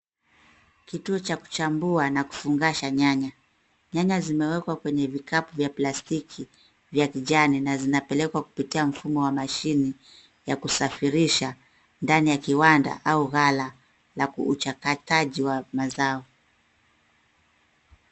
Kituo cha kuchambua na kufungasha nyanya. Nyanya zimewekwa kwenye vikapu vya plastiki vya kijani na zinapelekwa kupitia mfumo wa mashine ya kusafirisha ndani ya kiwanda au ghala la uchakataji wa mazao.